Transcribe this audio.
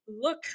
look